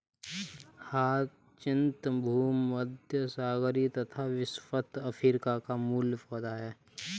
hyacinth भूमध्यसागरीय तथा विषुवत अफ्रीका का मूल पौधा है